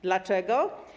Dlaczego?